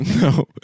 No